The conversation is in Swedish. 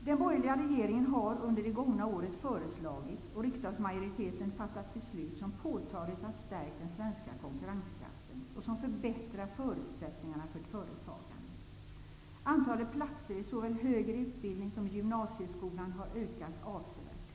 Den borgerliga regeringen har under det gångna året föreslagit och riksdagsmajoriteten fattat beslut som påtagligt har stärkt den svenska konkurrenskraften och som förbättrar förutsättningarna för företagande. Antalet platser såväl i högre utbildning som i gymnasieskolan har ökat avsevärt.